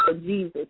Jesus